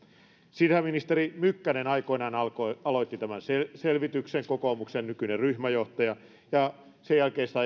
sisäministeri mykkänen aikoinaan aloitti tämän selvityksen kokoomuksen nykyinen ryhmänjohtaja ja sen jälkeen sitä